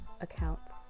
accounts